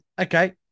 Okay